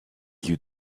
you